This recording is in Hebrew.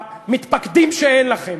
במתפקדים שאין לכם,